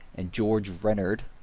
and george rennard.